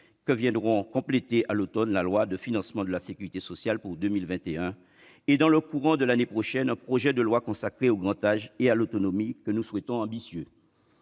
que viendront compléter à l'automne la loi de financement de la sécurité sociale pour 2021 et, dans le courant de l'année prochaine, un projet de loi consacré au grand âge et à l'autonomie que nous souhaitons ambitieux.